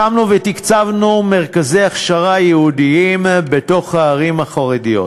הקמנו ותקצבנו מרכזי הכשרה ייעודיים בערים החרדיות.